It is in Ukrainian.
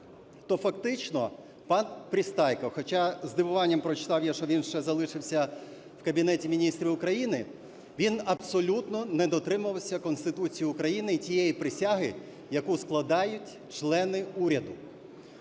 то фактично пан Пристайко, хоча зі здивуванням прочитав я, що він ще залишився в Кабінеті Міністрів України, він абсолютно не дотримувався Конституції України і тієї присяги, яку складають члени уряду.